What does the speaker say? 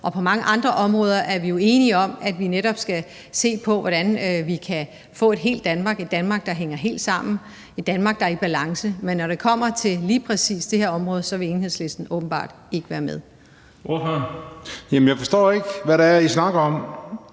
og på mange andre områder er vi jo enige om, at vi netop skal se på, hvordan vi kan få et helt Danmark – et Danmark, der hænger helt sammen, et Danmark, der er i balance. Men når det kommer til lige præcis det her område, vil Enhedslisten åbenbart ikke være med. Kl. 14:52 Den fg. formand (Bent